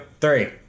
three